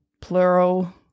plural